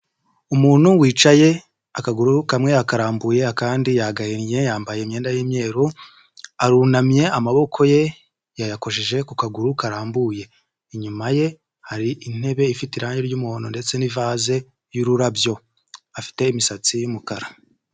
Umuntu wicaye akaguru kamwe akarambuye akandi yagahinnnye yambaye imyenda y'umweru arunamye amaboko ye yayakojeje ku kaguru karambuye, inyuma ye hari intebe ifite irangi ry'umuhondo ndetse n'ivase y'ururabyo afite imisatsi y'umukara.